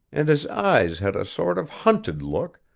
and his eyes had a sort of hunted look,